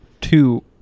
two